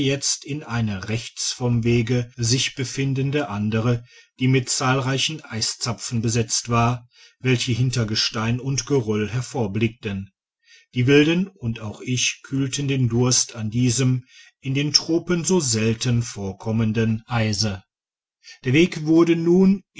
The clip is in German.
jetzt in eine rechts vom wege sich befindende andere die mit zahlreichen eiszapfen besetzt war welche hinter gestein und geröll hervorblickten die wilden und auch ich kühlten den durst an diesem in den tropen so selten vorkommendigitized by google h den eise der weg wurde nun